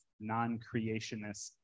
non-creationist